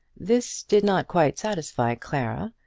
this did not quite satisfy clara,